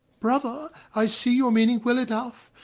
brother, i see your meaning well enough,